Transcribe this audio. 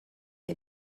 est